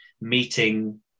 meeting